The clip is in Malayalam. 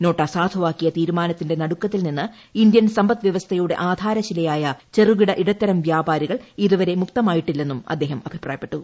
നോട്ട് അസാധുവാക്കിയ തീരുമാനത്തിന്റെ നടുക്കത്തിൽ നിന്ന് ഇന്ത്യൻ സമ്പദ് വ്യവസ്ഥയുടെ ആധാരശിലയായ ചെറുകിട ഇടത്തരം വ്യാപാരികൾ ഇതുവരെ മുക്തമായിട്ടില്ലെന്നും അദ്ദേഹം അഭിപ്രായപ്പെട്ടു